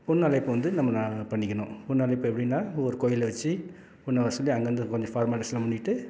பெண் அழைப்பு வந்து நம்ம ந பண்ணிக்கணும் பெண் அழைப்பு எப்படின்னா ஒரு கோவில்ல வச்சு பொண்ணை வர சொல்லி அங்கே வந்து கொஞ்சம் ஃபார்மாலிட்டீஸ்லாம் பண்ணிட்டு